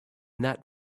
that